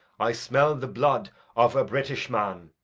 i smell the blood of a british man.